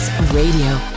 Radio